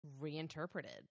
reinterpreted